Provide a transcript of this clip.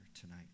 tonight